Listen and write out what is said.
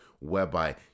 whereby